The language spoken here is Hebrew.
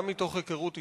גם מתוך היכרות אתך,